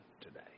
today